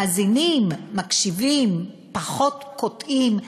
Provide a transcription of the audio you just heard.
מקשיבים, מאזינים, פחות קוטעים.